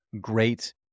great